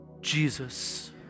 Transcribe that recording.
Jesus